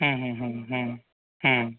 হুম হুম হুম হুম হুম